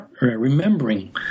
remembering